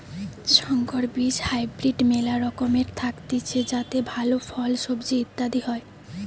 সংকর বীজ হাইব্রিড মেলা রকমের থাকতিছে যাতে ভালো ফল, সবজি ইত্যাদি হয়